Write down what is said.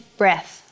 breath